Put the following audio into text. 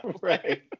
Right